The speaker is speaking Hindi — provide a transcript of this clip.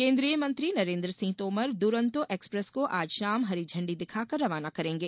केन्द्रीय मंत्री नरेन्द्र सिंह तोमर दुरन्तो एक्सप्रेस को आज शाम हरिझंडी दिखाकर रवाना करेंगे